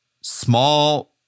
Small